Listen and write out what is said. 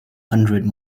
hundred